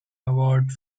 award